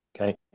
Okay